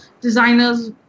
designers